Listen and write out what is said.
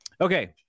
Okay